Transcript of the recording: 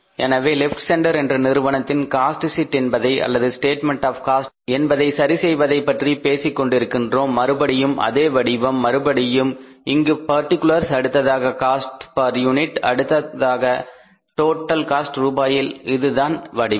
எனவே left center என்ற நிறுவனத்தின் காஸ்ட் ஷீட் என்பதை அல்லது ஸ்டேட்மெண்ட் ஆப் காஸ்ட் என்பதை சரி செய்வதை பற்றி பேசிக் கொண்டிருக்கின்றோம் மறுபடியும் அதே வடிவம் மறுபடியும் இங்கு பர்டிகுலர்ஸ் அடுத்ததாக காஸ்ட் பர் யூனிட் அடுத்து டோட்டல் காஸ்ட் ரூபாயில் இதுதான் வடிவம்